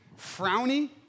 frowny